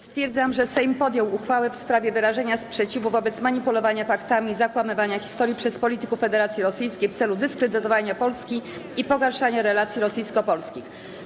Stwierdzam, że Sejm podjął uchwałę w sprawie wyrażenia sprzeciwu wobec manipulowania faktami i zakłamywania historii przez polityków Federacji Rosyjskiej w celu dyskredytowania Polski i pogarszania relacji rosyjsko-polskich.